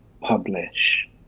publish